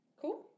Cool